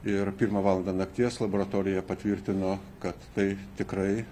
ir pirmą valandą nakties laboratorija patvirtino kad tai tikrai